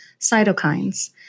cytokines